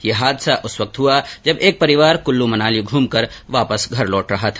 ये हादसा उस वक्त हुआ जब एक परिवार कुल्लू मनाली घूमकर वापस घर लौट रहा था